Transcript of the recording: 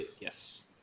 Yes